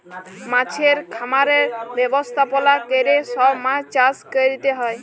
মাছের খামারের ব্যবস্থাপলা ক্যরে সব মাছ চাষ ক্যরতে হ্যয়